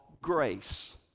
grace